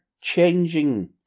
changing